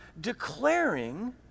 declaring